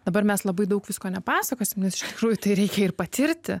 dabar mes labai daug visko nepasakosim nes iš tikrųjų tai reikia ir patirti